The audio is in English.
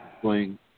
playing